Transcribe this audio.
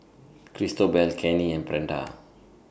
Cristobal Cannie and Brenda